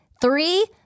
three